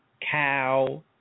cow